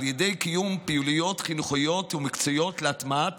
קיום פעילויות חינוכיות ומקצועיות להטמעת